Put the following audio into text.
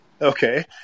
Okay